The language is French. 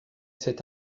cet